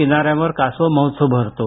किनाऱ्यांवर कासव महोत्सव भरतो